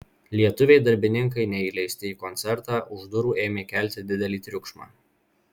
lietuviai darbininkai neįleisti į koncertą už durų ėmė kelti didelį triukšmą